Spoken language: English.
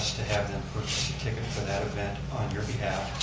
to have them purchase a ticket for that event on your behalf.